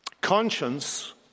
conscience